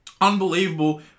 unbelievable